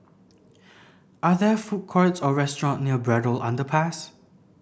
are there food courts or restaurants near Braddell Underpass